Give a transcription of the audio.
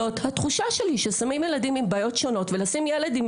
זאת התחושה שלי ששמים ילדים עם בעיות שונות ולשים ילד עם